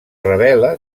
revela